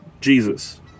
Jesus